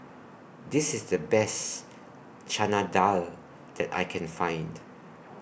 This IS The Best Chana Dal that I Can Find